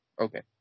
Okay